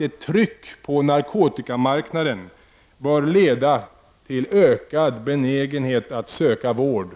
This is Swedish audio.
Ett tryck på narkotikamarknaden bör därför leda till en större benägenhet att söka vård,